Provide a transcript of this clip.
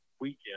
weekend